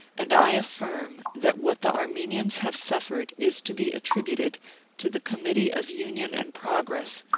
and i affirm that what the armenians have suffered is to be attributed to the committee of union and pro gress,